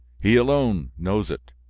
he alone knows it,